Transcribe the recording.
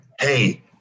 Hey